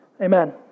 Amen